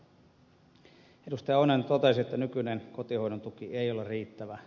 pentti oinonen totesi että nykyinen kotihoidon tuki ei ole riittävä